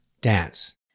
dance